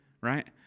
right